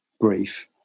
brief